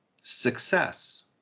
success